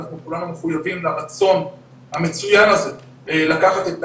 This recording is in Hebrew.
אנחנו כולנו מחויבים לרצון המצוין הזה לקחת את